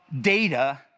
data